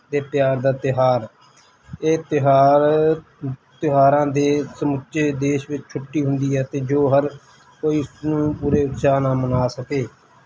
ਦੇ ਪਿਆਰ ਦਾ ਤਿਉਹਾਰ ਇਹ ਤਿਉਹਾਰ ਤਿਉਹਾਰਾਂ ਦੇ ਸਮੁੱਚੇ ਦੇਸ਼ ਵਿੱਚ ਛੁੱਟੀ ਹੁੰਦੀ ਹੈ ਅਤੇ ਜੋ ਹਰ ਕੋਈ ਇਸ ਨੂੰ ਪੂਰੇ ਉਤਸ਼ਾਹ ਨਾਲ ਮਨਾ ਸਕੇ